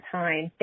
time